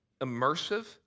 immersive